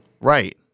Right